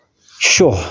Sure